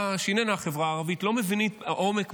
שאיננה החברה הערבית לא מבינים את העומק,